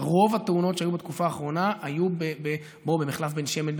רוב התאונות שהיו בתקופה האחרונה היו במחלף בן שמן,